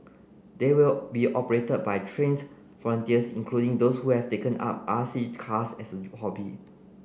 they will be operated by trained volunteers including those who have taken up R C cars as a hobby